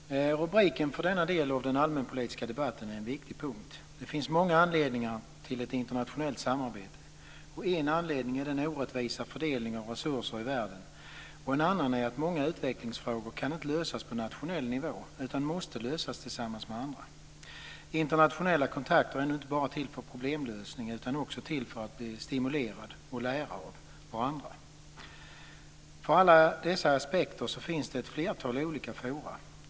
Fru talman! Rubriken för denna del av den allmänpolitiska debatten är en viktig punkt. Det finns många anledningar till ett internationellt samarbete. En anledning är den orättvisa fördelningen av resurser i världen, en annan är att många utvecklingsfrågor inte kan lösas på nationell nivå utan måste lösas tillsammans med andra. Internationella kontakter är nu inte bara till för problemlösning, utan också för att man ska bli stimulerad och lära av varandra. För alla dessa aspekter finns ett flertal olika forum.